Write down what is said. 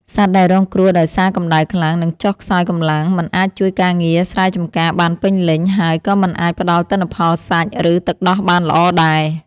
សត្វដែលរងគ្រោះដោយសារកម្ដៅខ្លាំង នឹងចុះខ្សោយកម្លាំង មិនអាចជួយការងារស្រែចម្ការបានពេញលេញ ហើយក៏មិនអាចផ្ដល់ទិន្នផលសាច់ ឬទឹកដោះបានល្អដែរ។